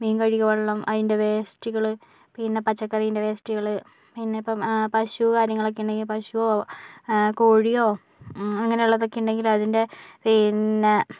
മീൻ കഴുകിയ വെള്ളം അതിൻ്റെ വേസ്റ്റുകള് പിന്നെ പച്ചക്കറിൻ്റെ വേസ്റ്റുകള് പിന്നെയിപ്പം പശു കാര്യങ്ങളൊക്കെ ഉണ്ടെങ്കിൽ പശുവോ കോഴിയോ അങ്ങനെയൊക്കെ ഉള്ളതുണ്ടെങ്കില് അതിൻ്റെ പിന്നെ